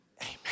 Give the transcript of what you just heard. amen